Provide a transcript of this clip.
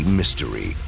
mystery